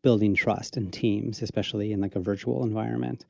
building trust, and teams, especially in like a virtual environment.